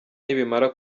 nibimara